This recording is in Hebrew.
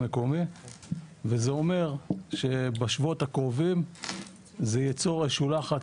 וזה אומר שבשבועות הקרובים זה ייצור שדולה אחת,